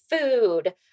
food